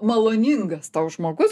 maloningas tau žmogus